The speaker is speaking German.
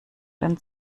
den